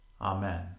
Amen